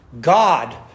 God